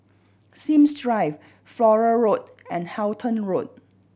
Sims Drive Flora Road and Halton Road